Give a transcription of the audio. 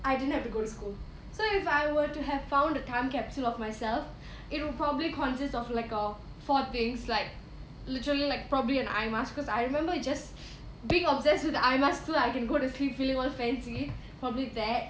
I didn't have to go to school so if I were to have found a time capsule of myself it'll probably consists of like err four things like literally like probably an eye mask cause I remember just being obsessed with the eye mask so I can go to sleep feeling all fancy probably that